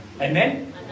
Amen